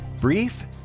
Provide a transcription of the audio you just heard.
brief